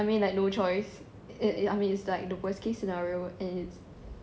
I mean like no choice I mean it's like the worst case scenario and it's